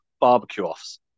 barbecue-offs